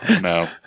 No